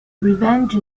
revenge